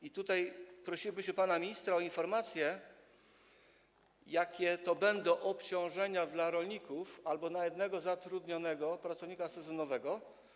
I tutaj prosiłbym pana ministra o informację, jakie to będą obciążenia dla rolników albo na jednego zatrudnionego pracownika sezonowego.